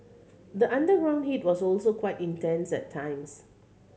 the underground heat was also quite intense at times